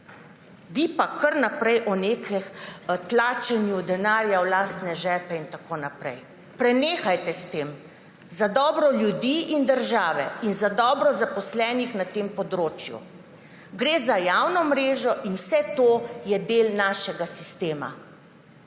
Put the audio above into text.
Vi pa kar naprej o nekem tlačenju denarja v lastne žepe in tako naprej. Prenehajte s tem za dobro ljudi in države in za dobro zaposlenih na tem področju. Gre za javno mrežo in vse to je del našega sistema.